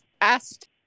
asked